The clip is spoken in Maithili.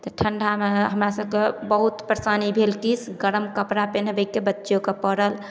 तऽ ठण्ढा रहय हमरा सबके बहुत परशानी भेल की गरम कपड़ा पेन्हबयके बच्चोके पड़ल